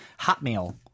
Hotmail